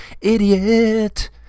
idiot